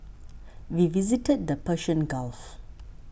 we visited the Persian Gulf